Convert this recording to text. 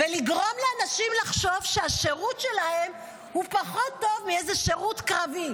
לגרום לאנשים לחשוב שהשירות שלהם הוא פחות טוב מאיזה שירות קרבי?